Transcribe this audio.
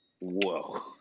Whoa